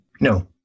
No